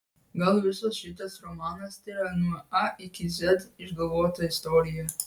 gal visas šitas romanas tėra nuo a iki z išgalvota istorija